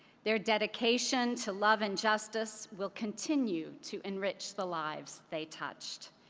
their dedication to love and justice will continue to enrich the lives they touched.